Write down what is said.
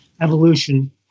evolution